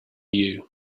you